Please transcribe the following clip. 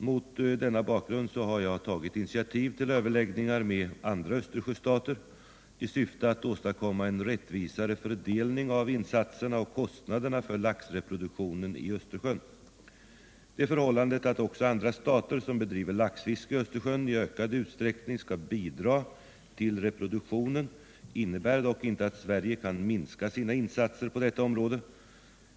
Mot denna bakgrund har jag tagit initiativ till överläggningar med andra Östersjöstater i syfte att åstadkomma en rättvisare fördelning av insatserna och kostnaderna för laxreproduktionen i Östersjön. Det förhållandet att också andra stater som bedriver laxfiske i Östersjön i ökad utsträckning skall bidra till reproduktionen innebär dock inte att Sverige kan minska sina insatser på detta område.